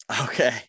Okay